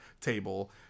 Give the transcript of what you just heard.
table